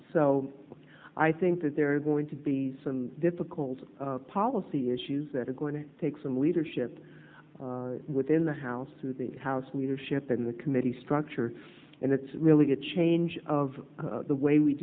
so i think that there are going to be some difficult policy issues that are going to take some leadership within the house through the house leadership in the committee structure and it's really a change of the way we